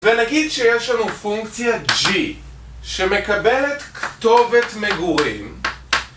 ונגיד שיש לנו פונקציה g שמקבלת כתובת מגורים